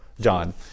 John